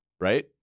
Right